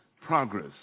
progress